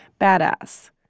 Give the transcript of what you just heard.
badass